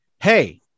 Hey